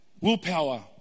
willpower